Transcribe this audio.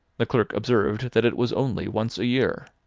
the clerk observed that it was only once a year.